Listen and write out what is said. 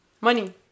money